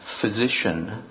physician